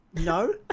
No